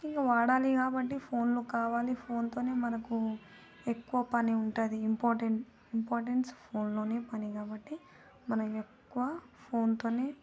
ఇంక వాడాలి కాబట్టి ఫోన్లు కావాలి ఫోన్తోనే మనకు ఎక్కువ పని ఉంటుంది ఇంపార్టెంట్ ఇంపార్టెన్స్ ఫోన్లోనే పని కాబట్టి మనం ఎక్కువ ఫోన్తోనే